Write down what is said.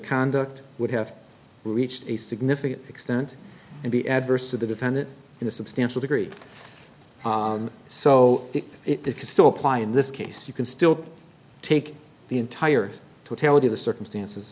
conduct would have reached a significant extent and be adverse to the defendant in a substantial degree so it could still apply in this case you can still take the entire totality of the circumstances